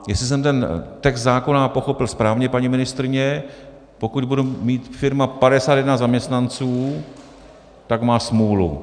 Jestli jsem text zákona pochopil správně, paní ministryně, pokud bude mít firma 51 zaměstnanců, tak má smůlu.